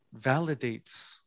validates